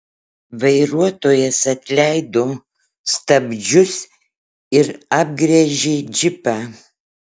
vairuotojas atleido stabdžius ir apgręžė džipą